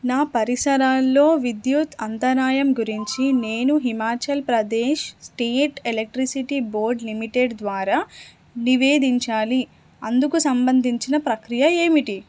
నా పరిసరాల్లో విద్యుత్ అంతరాయం గురించి నేను Himachal Pradesh state electricity board limited ద్వారా నివేదించాలి అందుకు సంబంధించిన ప్రక్రియ ఏమిటి